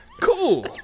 Cool